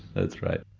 that's right.